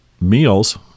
meals